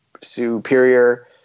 superior